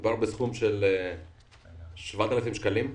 מדובר בסכום של 7,000 שקלים,